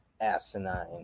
asinine